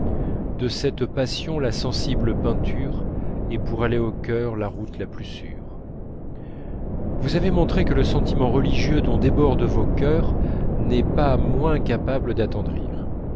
de cette passion la sensible peinture est pour aller au cœur la route la plus sûre vous avez montré que le sentiment religieux dont débordent vos chœurs n'est pas moins capable d'attendrir